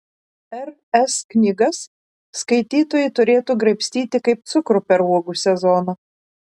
r s knygas skaitytojai turėtų graibstyti kaip cukrų per uogų sezoną